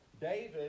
David